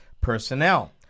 personnel